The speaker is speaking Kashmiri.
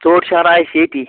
ژوٚٹ چھِ اَنان أسی ییٚتی